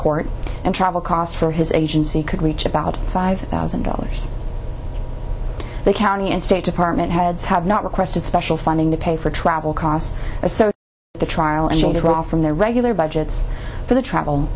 court and travel costs for his agency could reach about five thousand dollars the county and state department heads have not requested special funding to pay for travel costs so the trial is going to roll from their regular budgets for the travel